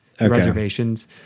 reservations